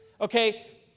Okay